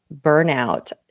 burnout